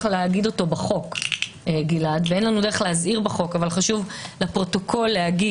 להגיד אותו בחוק ולהזהיר בחוק אבל חשוב לפרוטוקול לומר